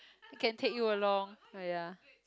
we can take you along !aiya!